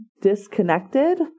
disconnected